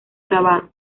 grabados